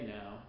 now